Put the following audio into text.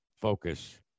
focus